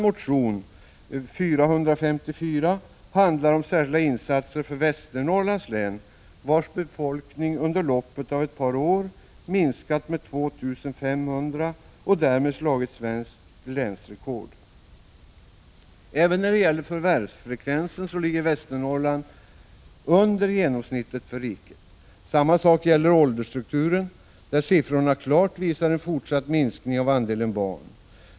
Motion A454 handlar om särskilda insatser för Västernorrlands län, vars befolkning under loppet av ett par år minskat med 2 500 och därmed slagit svenskt länsrekord. Även när det gäller förvärvsfrekvensen ligger Västernorrlands län under genomsnittet för riket. Samma sak gäller åldersstrukturen, där siffrorna klart visar en fortsatt minskning av andelen barn.